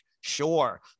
sure